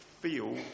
feel